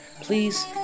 please